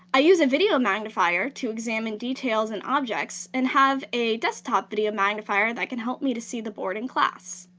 i use a video magnifier to examine details in objects and have a desktop video magnifier that can help me to see the board in class.